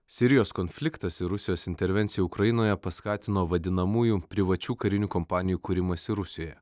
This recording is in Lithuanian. sirijos konfliktas ir rusijos intervencija ukrainoje paskatino vadinamųjų privačių karinių kompanijų kūrimąsi rusijoje